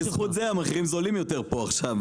בזכות זה המחירים זולים יותר פה עכשיו.